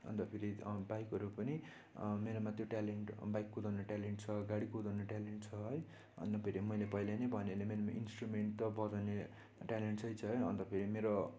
अन्त फेरि बाइकहरू पनि मेरोमा त्यो ट्यालेन्ट बाइक कुदाउने ट्यालेन्ट छ गाडी कुदाउने ट्यालेन्ट छ है अन्त फेरि मैले पहिल्यै नै भने नि मेरोमा इन्ट्रुमेन्ट बजाउने ट्यालेन्ट चाहिँ छ है अन्त फेरि मेरो